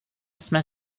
jsme